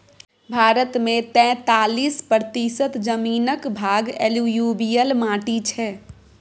भारत मे तैतालीस प्रतिशत जमीनक भाग एलुयुबियल माटि छै